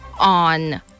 on